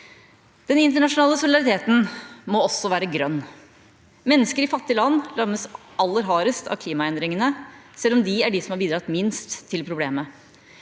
Den internasjonale solidariteten må også være grønn. Mennesker i fattige land rammes aller hardest av klimaendringene, selv om de har bidratt minst til problemet.